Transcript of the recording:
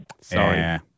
Sorry